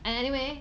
and anyway